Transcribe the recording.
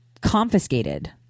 confiscated